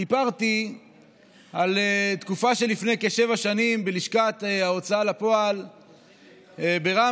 סיפרתי על תקופה שלפני כשבע שנים בלשכת ההוצאה לפועל ברמלה,